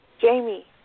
Jamie